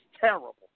terrible